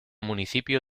municipio